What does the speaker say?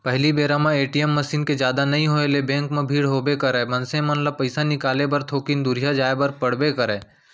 पहिली बेरा म ए.टी.एम मसीन के जादा नइ होय ले बेंक म भीड़ होबे करय, मनसे मन ल पइसा निकाले बर थोकिन दुरिहा जाय बर पड़बे करय